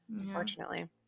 unfortunately